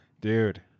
Dude